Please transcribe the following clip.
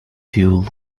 fuel